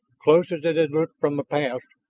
close as it had looked from the pass,